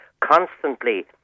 constantly